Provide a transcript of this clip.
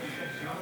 אדוני היושב בראש,